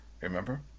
Remember